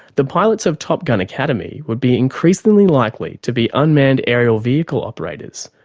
the pilots of top gun academy would be increasingly likely to be unmanned aerial vehicle operators,